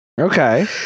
Okay